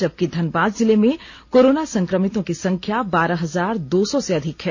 जबकि धनबाद जिले में कोरोना संक्रमितों की संख्या बारह हजार दो सौ से अधिक है